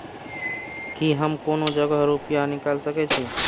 की हम कोनो जगह रूपया निकाल सके छी?